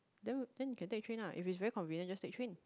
then then you can take train lah if it is very convenient just take train